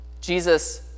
Jesus